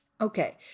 Okay